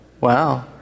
Wow